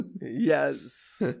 Yes